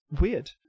weird